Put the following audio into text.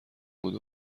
بود